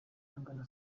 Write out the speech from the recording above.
ahagana